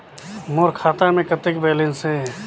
मोर खाता मे कतेक बैलेंस हे?